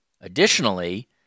Additionally